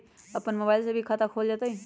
अपन मोबाइल से भी खाता खोल जताईं?